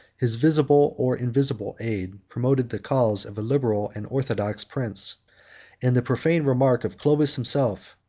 his visible or invisible aid promoted the cause of a liberal and orthodox prince and the profane remark of clovis himself,